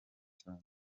cyane